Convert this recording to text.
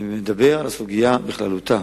אני מדבר על הסוגיה בכללותה.